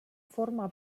forma